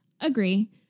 Agree